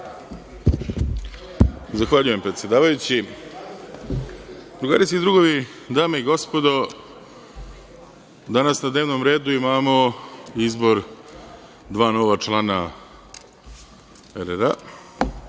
Zahvaljujem, predsedavajući. Drugarice i drugovi, dame i gospodo, danas na dnevnom redu imamo izbor dva nova člana REM.